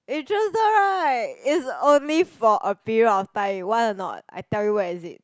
interested right it's only for a period of time want or not I tell you where is it